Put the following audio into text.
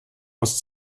aus